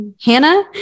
hannah